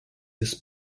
jis